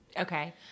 Okay